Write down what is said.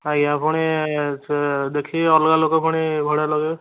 ଆଜ୍ଞା ପୁଣି ଦେଖିକି ଅଲଗା ଲୋକ ପୁଣି ଭଡ଼ା ଲଗେଇବେ